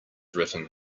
written